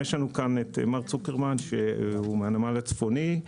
יש לנו את מר צוקרמן, שהוא מהנמל הצפוני,